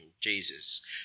Jesus